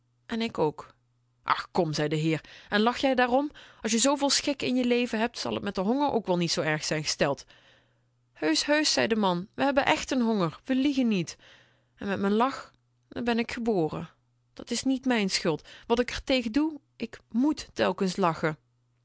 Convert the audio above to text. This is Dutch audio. en ik ook ach kom zei de heer en lach jij daarom als je zooveel schik in je leven heb zal t met je honger wel niet zoo erg zijn gesteld heusch heusch zei de man we hebben echten honger we liegen niet en met m'n lach ben ik geboren dat is niet mijn schuld wat ik r tegen doe ik mét telkens lachen